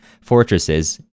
fortresses